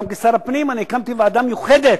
גם כשר הפנים הקמתי ועדה מיוחדת,